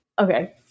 Okay